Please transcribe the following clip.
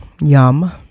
Yum